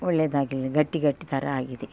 ಒಳ್ಳೆದಾಗಲಿಲ್ಲ ಗಟ್ಟಿ ಗಟ್ಟಿ ಥರ ಆಗಿದೆ